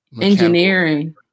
engineering